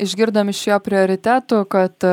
išgirdom iš jo prioritetų kad